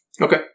Okay